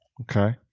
Okay